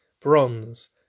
bronze